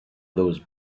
those